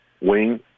wing